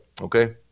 okay